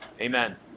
Amen